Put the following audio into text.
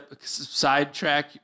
sidetrack